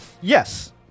Yes